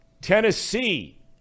Tennessee